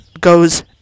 goes